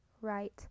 right